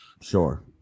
Sure